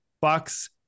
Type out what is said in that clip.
Bucks